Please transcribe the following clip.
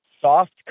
soft